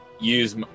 use